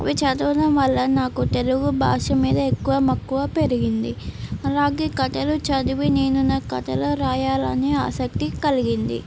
అవి చదవడం వల్ల నాకు తెలుగు భాష మీద ఎక్కువ మక్కువ పెరిగింది అలాగే కథలు చదివి నేను నా కథలు రాయాలి అనే ఆసక్తి కలిగింది